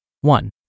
One